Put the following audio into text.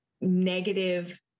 negative